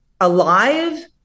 alive